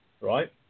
right